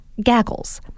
gaggles